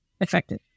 effective